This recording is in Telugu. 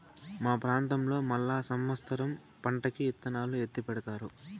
మా ప్రాంతంలో మళ్ళా సమత్సరం పంటకి ఇత్తనాలు ఎత్తిపెడతారు